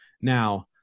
Now